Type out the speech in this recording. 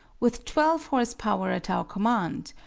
with twelve horse-power at our command,